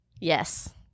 Yes